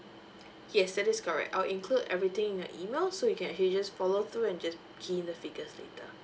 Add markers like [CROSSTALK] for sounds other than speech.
[BREATH] yes that is correct I'll include everything in your email so you can actually just follow through and just key in the figures later